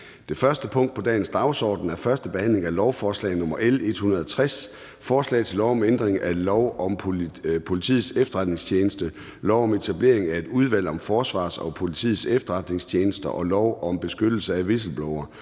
Det første punkt på dagsordenen er: 1) 1. behandling af lovforslag nr. L 160: Forslag til lov om ændring af lov om Politiets Efterretningstjeneste (PET), lov om etablering af et udvalg om forsvarets og politiets efterretningstjenester og lov om beskyttelse af whistleblowere.